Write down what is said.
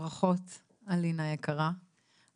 ברכות אלינה היקרה,